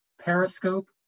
Periscope